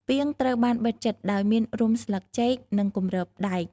ពាងត្រូវបានបិទជិត ដោយមានរុំស្លឹកចេក និងគម្របដែក។